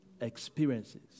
experiences